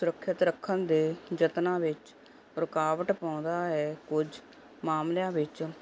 ਸੁਰੱਖਿਤ ਰੱਖਣ ਦੇ ਯਤਨਾਂ ਵਿੱਚ ਰੁਕਾਵਟ ਪਾਉਂਦਾ ਹੈ ਕੁਝ ਮਾਮਲਿਆਂ ਵਿੱਚ